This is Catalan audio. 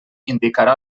indicarà